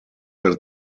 per